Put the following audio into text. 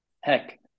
heck